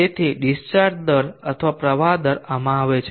તેથી ડીસ્ચાર્જ દર અથવા પ્રવાહ દર આમાં આવે છે